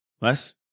Less